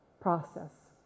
process